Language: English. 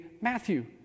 Matthew